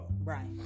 Right